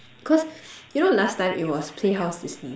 cause you know last time it was playhouse Disney